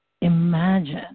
imagine